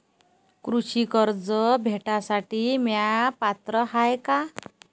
कृषी कर्ज भेटासाठी म्या पात्र हाय का?